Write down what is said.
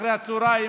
אחרי הצוהריים,